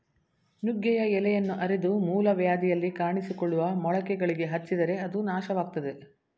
ನುಗ್ಗೆಯ ಎಲೆಯನ್ನ ಅರೆದು ಮೂಲವ್ಯಾಧಿಯಲ್ಲಿ ಕಾಣಿಸಿಕೊಳ್ಳುವ ಮೊಳಕೆಗಳಿಗೆ ಹಚ್ಚಿದರೆ ಅದು ನಾಶವಾಗ್ತದೆ